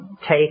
take